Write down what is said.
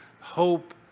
Hope